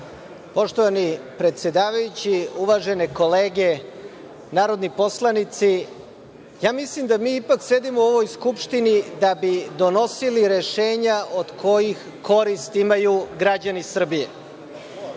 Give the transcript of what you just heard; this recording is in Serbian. Poštovani predsedavajući, uvažene kolege narodni poslanici, mislim da mi ipak sedimo u ovoj Skupštini da bi donosili rešenja od kojih korist imaju građani Srbije. Molimo